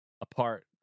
apart